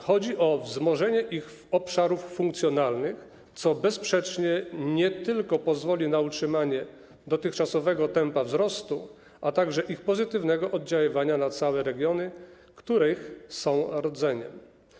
Chodzi o wzmożenie ich obszarów funkcjonalnych, co bezsprzecznie pozwoli na utrzymanie nie tylko dotychczasowego tempa wzrostu, a także ich pozytywnego oddziaływania na całe regiony, których są rdzeniem.